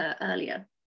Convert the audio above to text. earlier